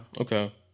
Okay